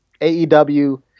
AEW